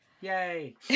yay